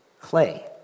clay